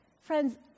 friends